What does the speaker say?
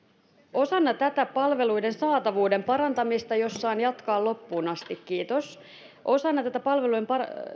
osana tätä palveluiden saatavuuden parantamista jos saan jatkaa loppuun asti kiitos osana tätä palveluiden